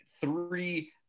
three